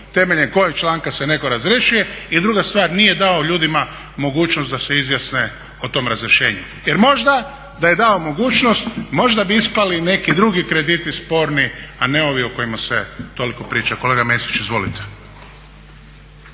temeljem kojeg članka se netko razrješuje i druga stvar, nije dao ljudima mogućnost da se izjasne o tom razrješenju. Jer možda da je dao mogućnost možda bi ispali neki drugi krediti sporni, a ne ovi o kojima se toliko priča. Kolega Mesić izvolite.